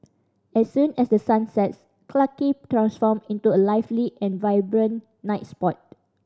as soon as the sun sets Clarke Quay transform into a lively and vibrant night spot